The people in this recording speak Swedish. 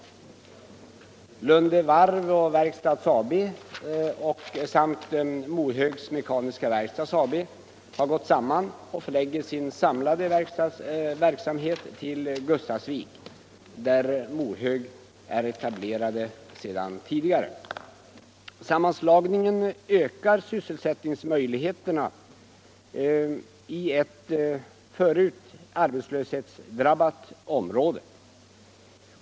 Lunde Varv och Verkstads AB samt AB Mohögs Mekaniska Verkstad har gått samman och förlägger sin samlade verksamhet till Gustafsviks varv, där Mohög är etablerat sedan tidigare. Sammanslagningen ökar sysselsättningsmöjligheterna i ett förut arbetslöshetsdrabbat område.